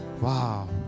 Wow